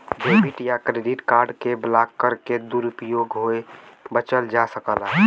debit या credit card के block करके दुरूपयोग होये बचल जा सकला